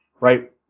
Right